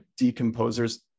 decomposers